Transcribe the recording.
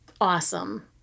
awesome